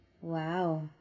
Wow